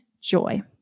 joy